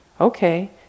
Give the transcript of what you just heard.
Okay